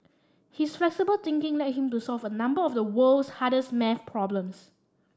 his flexible thinking led him to solve a number of the world's hardest maths problems